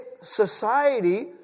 society